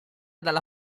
dalla